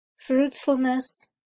fruitfulness